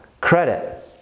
credit